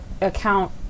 account